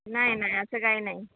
नाही नाही असं काही नाही